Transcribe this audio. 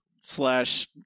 slash